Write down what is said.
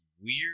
weird